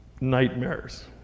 nightmares